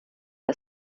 der